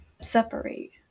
separate